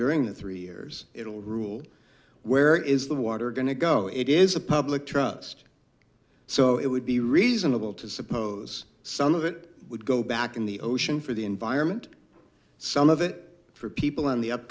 during the three years it'll rule where is the water going to go it is a public trust so it would be reasonable to suppose some of that would go back in the ocean for the environment some of it for people in the up